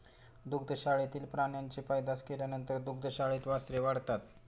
दुग्धशाळेतील प्राण्यांची पैदास केल्यानंतर दुग्धशाळेत वासरे वाढतात